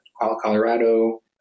Colorado